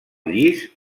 llis